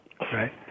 Right